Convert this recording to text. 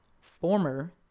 former